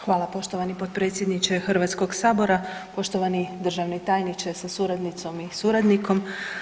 Hvala, poštovani potpredsjedniče Hrvatskog sabora, poštovani državni tajniče sa suradnicom i suradnikom.